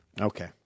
Okay